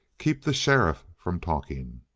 keep the sheriff from talking.